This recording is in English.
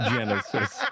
Genesis